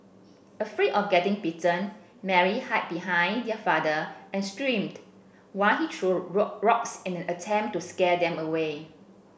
afraid of getting bitten Mary hid behind their father and screamed while he threw rock rocks in an attempt to scare them away